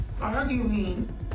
arguing